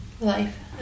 life